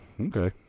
Okay